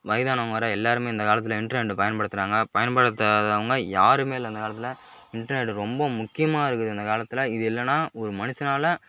வயதானவங்க வர எல்லாருமே இந்த காலத்தில் இன்டர்நெட் பயன்படுத்துகிறாங்க பயன்படுத்தாதவங்க யாருமே இல்லை இந்த காலத்தில் இன்டர்நெட் ரொம்ப முக்கியமாக இருக்குது இந்த காலத்தில் இது இல்லைனா ஒரு மனுசனால்